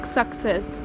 success